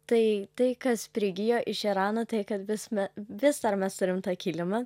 tai tai kas prigijo iš irano tai kad vis vis dar mes turim tą kilimą